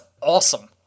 awesome